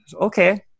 okay